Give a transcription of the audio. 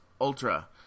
ultra